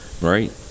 Right